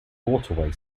waterway